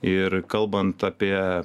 ir kalbant apie